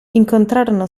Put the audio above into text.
incontrarono